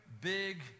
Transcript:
big